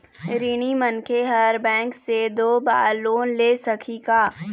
ऋणी मनखे हर बैंक से दो बार लोन ले सकही का?